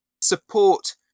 support